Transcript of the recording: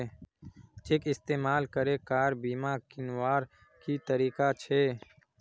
Cheque इस्तेमाल करे car बीमा कीन्वार की तरीका छे?